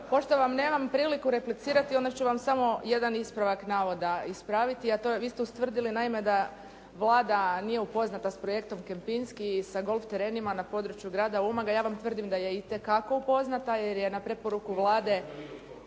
Pošto vam nemam priliku replicirati onda ću vam samo jedan ispravak navoda ispraviti a to je, vi ste ustvrdili naime da Vlada nije upoznata s projektom Kempinsky i sa golf terenima na području grada Umaga. Ja vam tvrdim da je itekako upoznata jer je na preporuku Vlade